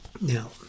Now